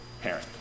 parent